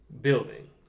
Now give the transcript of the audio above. building